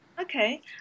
Okay